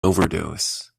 overdose